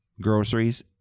groceries